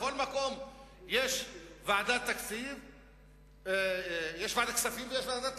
בכל מקום יש ועדת כספים ויש ועדת תקציב.